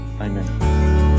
Amen